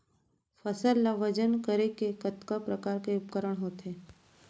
फसल ला वजन करे के कतका प्रकार के उपकरण होथे?